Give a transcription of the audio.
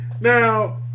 now